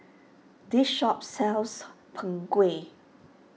this shop sells Png Kueh